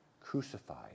crucified